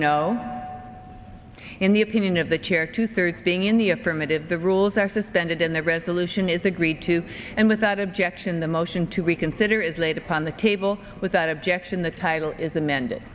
no in the opinion of the chair two thirds being in the affirmative the rules are suspended in the resolution is agreed to and without objection the motion to reconsider is laid upon the table without objection the title is amend